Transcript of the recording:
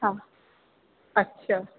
हा अछा